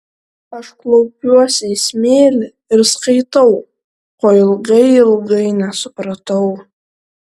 aš klaupiuosi į smėlį ir skaitau ko ilgai ilgai nesupratau